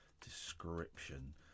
description